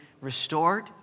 restored